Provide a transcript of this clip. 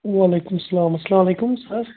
وعلیکُم السَلام السلام علیکُم سَر